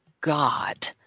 God